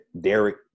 Derek